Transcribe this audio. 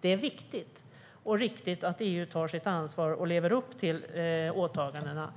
Det är viktigt och riktigt att EU tar sitt ansvar och lever upp till åtagandena.